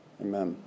amen